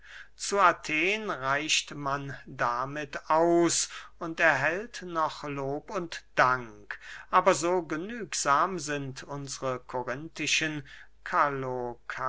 zu athen reicht man damit aus und erhält noch lob und dank aber so genügsam sind unsre korinthischen